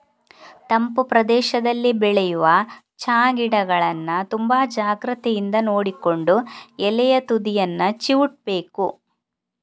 ತಂಪು ಪ್ರದೇಶದಲ್ಲಿ ಬೆಳೆಯುವ ಚಾ ಗಿಡಗಳನ್ನ ತುಂಬಾ ಜಾಗ್ರತೆಯಿಂದ ನೋಡಿಕೊಂಡು ಎಲೆಯ ತುದಿಯನ್ನ ಚಿವುಟ್ಬೇಕು